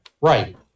Right